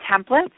templates